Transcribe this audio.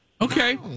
Okay